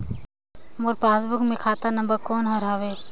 मोर passbook मे खाता number कोन हर हवे?